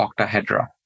octahedra